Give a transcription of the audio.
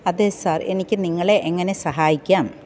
അതെ സാർ എനിക്ക് നിങ്ങളെ എങ്ങനെ സഹായിക്കാം